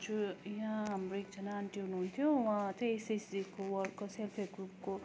हजुर यहाँ हाम्रो एकजना आन्टी हुनुहुन्थ्यो उहाँ चाहिँ सिसिइको वर्कको सेल्फ हेल्प ग्रुपको